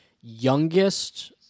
youngest